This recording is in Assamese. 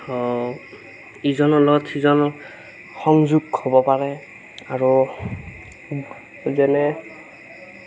ইজনৰ লগত সিজন সংযোগ হ'ব পাৰে আৰু যেনে